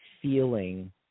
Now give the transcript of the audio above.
feeling